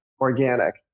organic